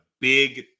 big